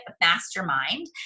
mastermind